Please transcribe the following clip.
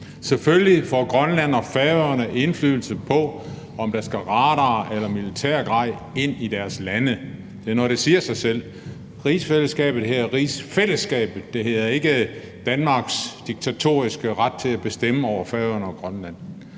Selvfølgelig får Grønland og Færøerne indflydelse på, om der skal radarer eller militærgrej ind i deres lande, det er noget, der siger sig selv. Rigsfællesskabet hedder rigsfællesskabet, og det hedder ikke Danmarks diktatoriske ret til at bestemme over Færøerne og Grønland,